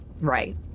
Right